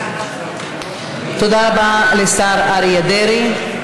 תודה רבה לשר אריה דרעי.